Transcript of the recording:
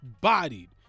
bodied